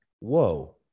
Whoa